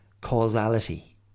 causality